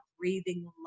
breathing